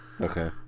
Okay